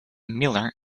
miller